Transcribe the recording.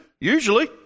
Usually